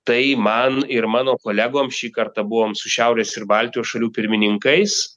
tai man ir mano kolegoms šį kartą buvom su šiaurės ir baltijos šalių pirmininkais